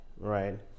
Right